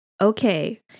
okay